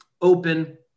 open